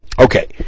Okay